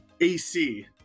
ac